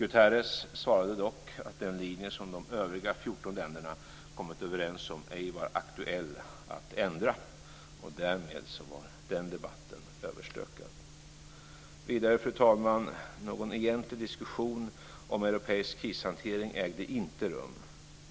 Guterres svarade dock att den linje som de övriga 14 länderna kommit överens om ej var aktuell att ändra. Därmed var den debatten överstökad. Vidare, fru talman: Någon egentlig diskussion om europeisk krishantering ägde inte rum.